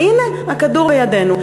והנה, הכדור בידינו.